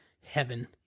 heaven